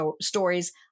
stories